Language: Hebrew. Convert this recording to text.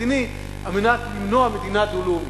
המדיני על מנת למנוע מדינה דו-לאומית.